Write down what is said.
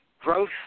growth